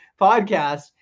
podcast